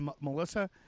Melissa